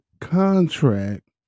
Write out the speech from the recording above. contract